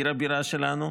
עיר הבירה שלנו,